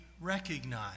recognize